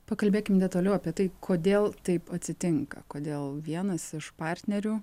pakalbėkim detaliau apie tai kodėl taip atsitinka kodėl vienas iš partnerių